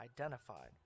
identified